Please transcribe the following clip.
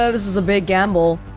ah this is a big gamble